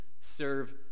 serve